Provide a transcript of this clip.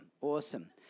awesome